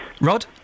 Rod